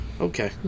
Okay